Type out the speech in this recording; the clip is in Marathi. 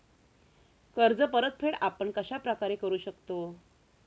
कर्ज परतफेड आपण कश्या प्रकारे करु शकतो?